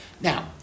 Now